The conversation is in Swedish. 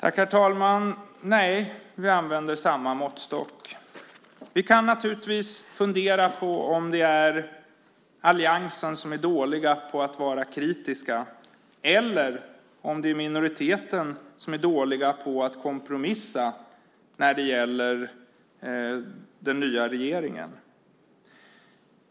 Herr talman! Nej, vi använder samma måttstock. Vi kan naturligtvis fundera på om det är alliansen som är dålig på att vara kritisk eller om det är minoriteten som är dålig på att kompromissa när det gäller den nya regeringen.